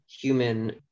human